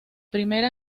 primera